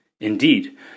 Indeed